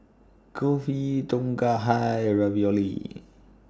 Kulfi Tom Kha Hai and Ravioli